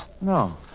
No